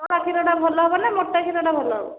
ପତଳା କ୍ଷୀରଟା ଭଲ ହେବ ନା ମୋଟା କ୍ଷୀରଟା ଭଲ ହେବ